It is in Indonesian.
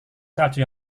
salju